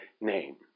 name